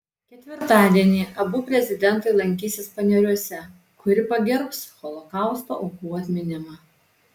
ketvirtadienį abu prezidentai lankysis paneriuose kuri pagerbs holokausto aukų atminimą